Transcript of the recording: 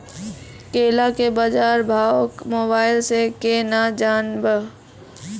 केला के बाजार भाव मोबाइल से के ना जान ब?